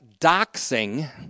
doxing